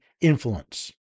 influence